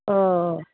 অঁ